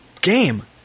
game